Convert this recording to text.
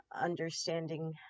understanding